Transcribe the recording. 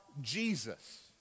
Jesus